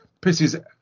pisses